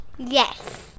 Yes